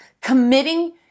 committing